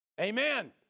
Amen